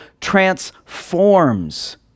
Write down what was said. transforms